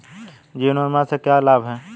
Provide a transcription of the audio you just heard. जीवन बीमा से क्या लाभ हैं?